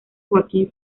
joaquín